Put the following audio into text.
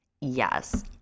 Yes